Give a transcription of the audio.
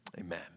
amen